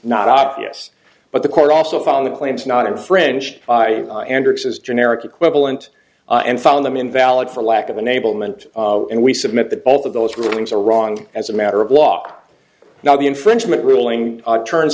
not obvious but the court also found the claims not infringed by his generic equivalent and found them invalid for lack of enablement and we submit that both of those rulings are wrong as a matter of law not the infringement ruling turns